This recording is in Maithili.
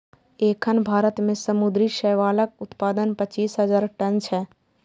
एखन भारत मे समुद्री शैवालक उत्पादन पच्चीस हजार टन छै